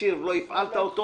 המכשיר ולא הפעלת אותו